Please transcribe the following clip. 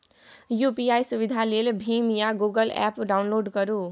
UPI सुविधा लेल भीम या गुगल एप्प डाउनलोड करु